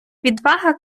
відвага